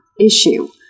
issue